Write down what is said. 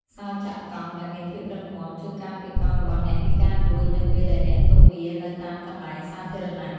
សោរចាក់កង់ដែលមានភាពរឹងមាំ ជួយការពារកង់របស់អ្នកពីការលួចនៅពេលដែលអ្នកទុកវានៅតាមកន្លែងសាធារណៈ។